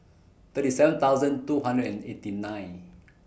thirty seven thousand two hundred and eighty nine